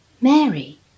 Mary